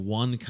one